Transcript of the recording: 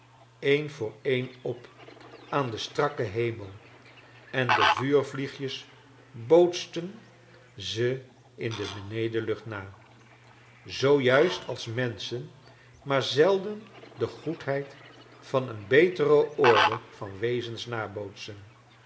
een voor een op aan den strakken hemel en de vuurvli gjes bootsten ze in de benedeniucht na zoo juist als menschen maar zelden de goedjieid van een betere orde van wezens nabootsen